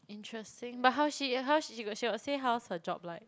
interesting but how she how she she got say how's her job like